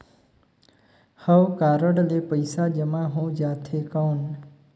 हव कारड ले पइसा जमा हो जाथे कौन?